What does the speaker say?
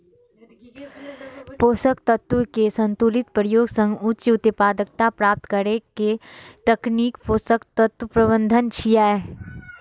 पोषक तत्व के संतुलित प्रयोग सं उच्च उत्पादकता प्राप्त करै के तकनीक पोषक तत्व प्रबंधन छियै